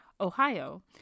Ohio